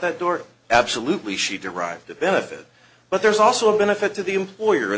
that door absolutely she derived a benefit but there's also a benefit to the employer